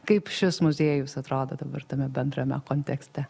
kaip šis muziejus atrodo dabar tame bendrame kontekste